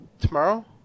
tomorrow